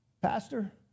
Pastor